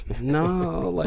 No